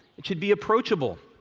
it should be approachable,